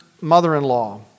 mother-in-law